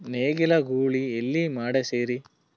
ನೇಗಿಲ ಗೂಳಿ ಎಲ್ಲಿ ಮಾಡಸೀರಿ?